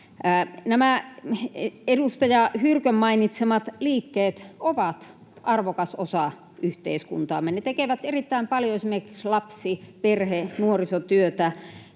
Nämä edustaja Hyrkön mainitsemat liikkeet ovat arvokas osa yhteiskuntaamme. Ne tekevät erittäin paljon esimerkiksi lapsi-, perhe- ja nuorisotyötä,